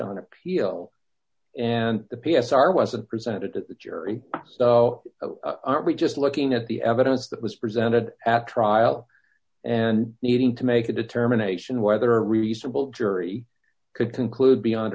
appeal and the p s r wasn't presented to the jury so are we just looking at the evidence that was presented at trial and needing to make a determination whether a reasonable jury could conclude beyond